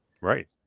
Right